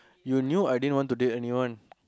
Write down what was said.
you knew I didn't want to date anyone